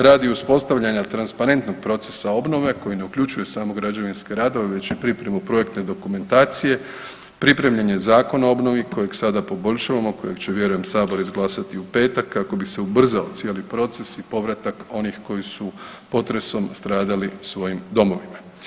Radi uspostavljenog transparentnog procesa obnove koji ne uključuje samo građevinske radove već i pripremu projektne dokumentacije, pripremljen je Zakon o obnovi kojeg sada poboljšavamo, kojeg će vjerujem Sabor izglasat u petak kako bi se ubrzao cijeli proces u povratak onih koji su potresom stradali u svojim domovima.